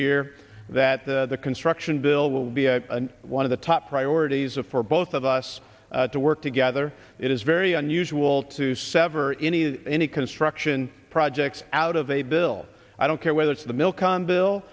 year that the construction bill will be one of the top priorities of for both of us to work together it is very unusual to sever any any construction projects out of a bill i don't care whether it's the milk on bill